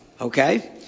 Okay